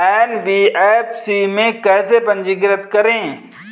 NBFC में कैसे पंजीकृत करें?